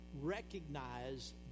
recognize